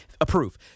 approve